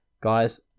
Guys